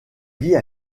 vie